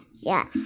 Yes